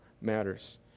matters